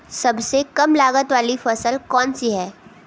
सबसे कम लागत वाली फसल कौन सी है?